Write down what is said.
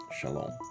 Shalom